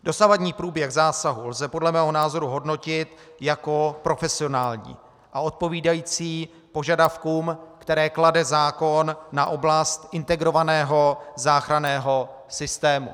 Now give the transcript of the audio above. Dosavadní průběh zásahu lze podle mého názoru hodnotit jako profesionální a odpovídající požadavkům, které klade zákon na oblast integrovaného záchranného systému.